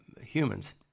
humans